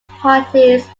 parties